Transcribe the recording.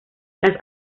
las